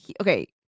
Okay